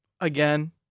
again